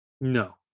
No